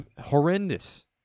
horrendous